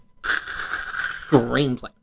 screenplay